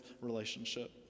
relationship